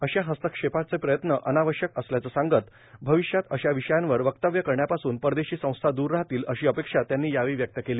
अशा हस्तक्षेपाचे प्रयत्न अनावश्यक असल्याचं सांगत भविष्यात अशा विषयांवर वक्तव्य करण्यापासून परदेशी संस्था दूर राहतील अशी अपेक्षा त्यांनी व्यक्त केली